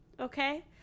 Okay